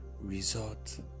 resort